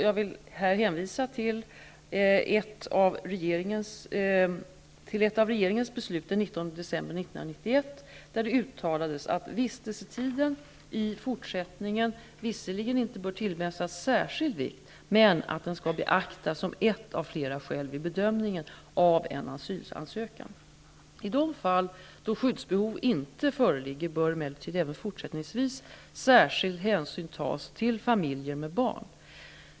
Jag vill här hänvisa till ett av regeringens beslut den 19 december 1991 där det uttalades att vistelsetiden i fortsättningen visserligen inte bör tillmätas särskild vikt men att den skall beaktas som ett av flera skäl vid bedömningen av en asylansökan. I de fall då skyddsbehov inte föreligger bör emellertid även fortsättningsvis särskild hänsyn tas till familjer med barn.